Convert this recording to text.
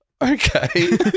Okay